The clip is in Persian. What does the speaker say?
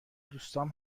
دوستام